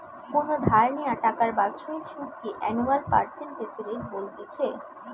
কোনো ধার নেওয়া টাকার বাৎসরিক সুধ কে অ্যানুয়াল পার্সেন্টেজ রেট বলতিছে